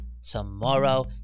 Tomorrow